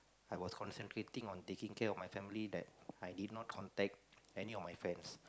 I was concentrating on taking care of my family that I did not contact any of my friends